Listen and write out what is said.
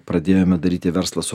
pradėjome daryti verslą su